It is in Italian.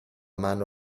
mano